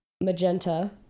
magenta